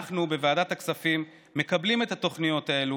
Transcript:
אנחנו בוועדת הכספים מקבלים את התוכניות האלה